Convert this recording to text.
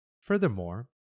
Furthermore